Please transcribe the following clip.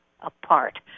apart